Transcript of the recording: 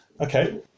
Okay